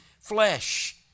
flesh